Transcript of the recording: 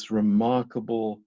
remarkable